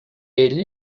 ell